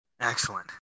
Excellent